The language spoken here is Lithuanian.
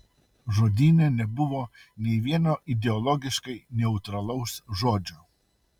žodyne nebuvo nė vieno ideologiškai neutralaus žodžio